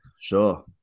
sure